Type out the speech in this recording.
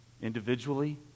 Individually